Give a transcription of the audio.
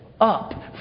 up